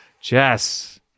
Jess